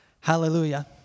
Hallelujah